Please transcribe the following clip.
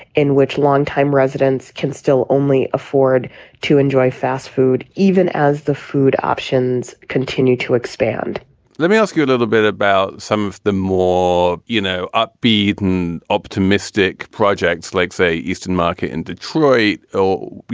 in which longtime residents can still only afford to enjoy fast food even as the food options continue to expand let me ask you a little bit about some of the more, you know, upbeat and optimistic projects like, say, eastern market in detroit. you know,